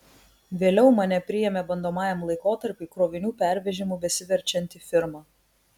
vėliau mane priėmė bandomajam laikotarpiui krovinių pervežimu besiverčianti firma